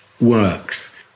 works